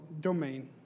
domain